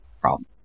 problem